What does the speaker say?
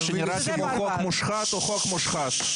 מה שנראה כמו חוק מושחת הוא חוק מושחת.